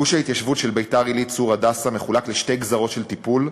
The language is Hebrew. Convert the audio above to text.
גוש ההתיישבות של ביתר-עילית צור-הדסה מחולק לשתי גזרות של טיפול,